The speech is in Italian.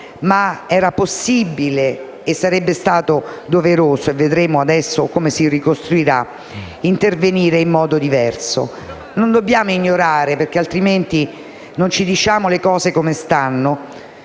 Ma era possibile, anzi sarebbe stato doveroso (e vedremo ora come si ricostruirà) intervenire in modo diverso. Non dobbiamo ignorare, perché altrimenti non diciamo le cose come stanno,